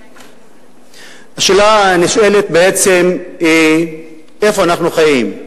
השאלה הנשאלת היא, איפה אנחנו חיים?